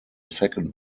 second